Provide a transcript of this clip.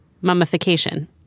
mummification